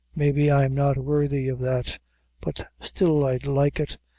maybe i'm not worthy of that but still i'd like it,